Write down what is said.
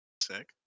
Sick